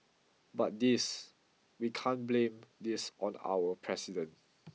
but this we can't blame this on our president